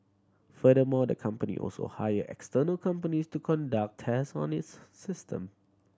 furthermore the company also hire external companies to conduct test on its system